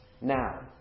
Now